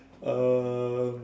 um